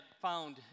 found